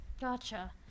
gotcha